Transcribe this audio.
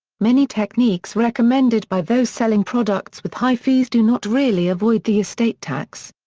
many techniques recommended by those selling products with high fees do not really avoid the estate tax.